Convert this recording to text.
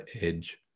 edge